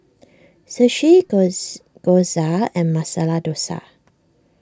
Sushi Gyoza and Masala Dosa